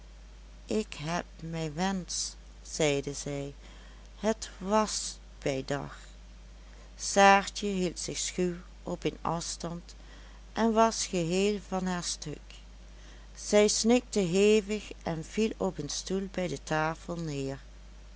ik heb mijn wensch zeide zij het was bij dag saartje hield zich schuw op een afstand en was geheel van haar stuk zij snikte hevig en viel op een stoel bij de tafel neer